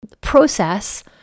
process